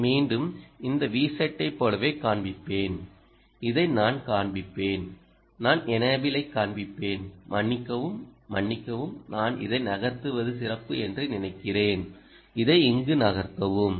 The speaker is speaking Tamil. இதை மீண்டும் இந்த Vset ஐப் போலவே காண்பிப்பேன் இதை நான் காண்பிப்பேன் நான் எனேபிளைக் காண்பிப்பேன் மன்னிக்கவும் மன்னிக்கவும் நான் இதை நகர்த்துவது சிறப்பு என்று நினைக்கிறேன் இதை இங்கு நகர்த்தவும்